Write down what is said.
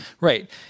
right